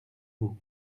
vous